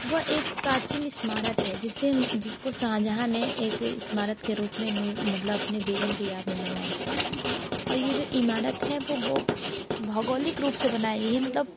वह एक प्राचीन इस्मारत है जिससे जिसको शाहजहाँ ने एक इस्मारत के रूप में नूर मतलब अपने बेगम के याद में बनवाया था और ये जो इमारत है वो वो भौगौलिक रूप से बना है यह मतलब